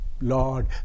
Lord